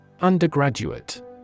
Undergraduate